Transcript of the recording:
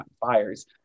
fires